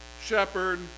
shepherd